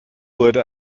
wurde